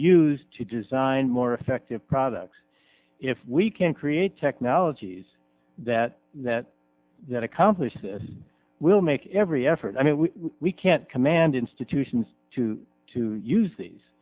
use to design more effective products if we can create technologies that that that accomplish this will make every effort i mean we can't command institutions to to use these